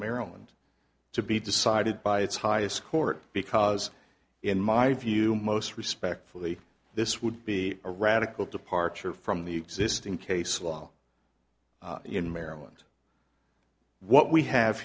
maryland to be decided by its highest court because in my view most respectfully this would be a radical departure from the existing case law in maryland what we have